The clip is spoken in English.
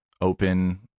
open